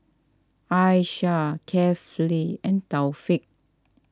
Aishah Kefli and Taufik